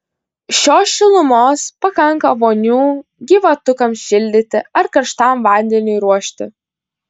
šios šilumos pakanka vonių gyvatukams šildyti ar karštam vandeniui ruošti